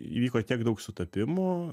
įvyko tiek daug sutapimų